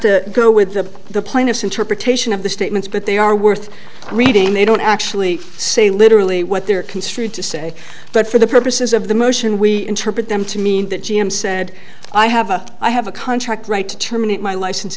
to go with the the plaintiff's interpretation of the statements but they are worth reading and they don't actually say literally what they're construed to say but for the purposes of the motion we interpret them to mean that g m said i have a i have a contract right to terminate my license